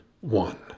one